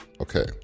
Okay